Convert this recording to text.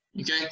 okay